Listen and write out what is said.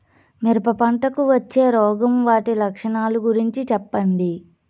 మిరప పంటకు వచ్చే రోగం వాటి లక్షణాలు గురించి చెప్పండి?